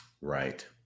Right